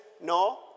No